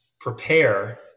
prepare